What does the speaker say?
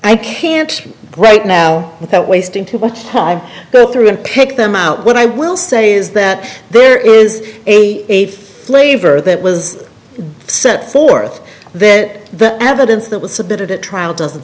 i can't right now that wasting too much time but through and pick them out what i will say is that there is a flavor that was set forth that that evidence that was submitted at trial doesn't